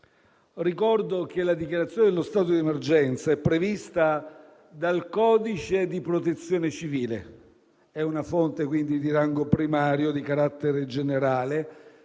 Ricordo che la dichiarazione dello stato d'emergenza è prevista dal codice della Protezione civile (che è una fonte di rango primario di carattere generale